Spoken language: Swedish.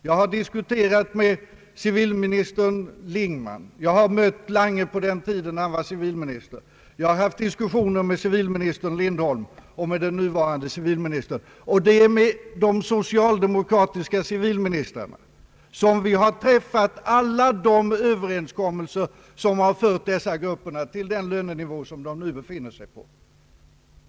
Jag har diskuterat dessa frågor med civilminister Lingman och jag har mött statsrådet Lange på den tiden han var civilminister. Jag har haft diskussioner med civilminister Lindholm och med den nuvarande civilministern. Det är med de socialdemokratiska civilministrarna, som jag har varit med om att träffa alla de överenskommelser, som har fört de grupper det här gäller till den lönenivå som de nu befinner sig på.